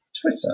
twitter